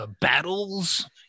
Battles